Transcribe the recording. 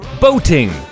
boating